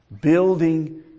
Building